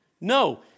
No